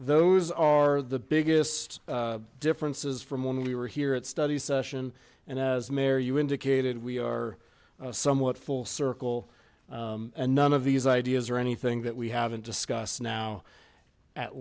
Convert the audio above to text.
those are the biggest differences from when we were here at study session and as mayor you indicated we are somewhat full circle and none of these ideas are anything that we haven't discussed now at